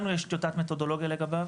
לנו יש טיוטת מתודולוגיה לגביו,